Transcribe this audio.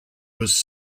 was